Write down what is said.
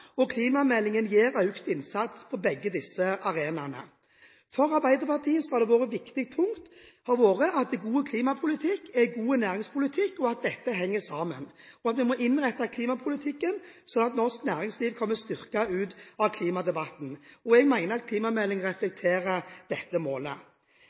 og klimameldingen gir økt innsats på begge disse arenaene. For Arbeiderpartiet har et viktig punkt vært at god klimapolitikk er god næringspolitikk – at dette henger sammen. Vi må innrette klimapolitikken slik at norsk næringsliv kommer styrket ut av klimadebatten. Jeg mener at klimameldingen reflekterer dette målet.